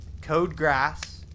CODEGRASS